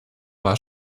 war